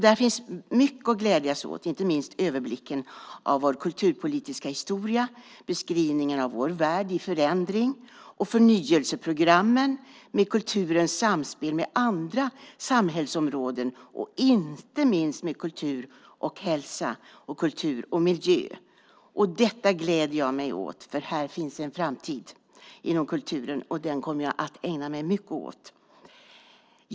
Där finns mycket att glädjas åt, inte minst överblicken över vår kulturpolitiska historia, beskrivningen av vår värld i förändring, förnyelseprogrammen med kulturens samspel med andra samhällsområden, inte minst kultur och hälsa och kultur och miljö. Detta gläder jag mig åt, för här finns en framtid inom kulturen, och den kommer jag att ägna mig mycket åt.